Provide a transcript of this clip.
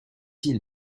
ils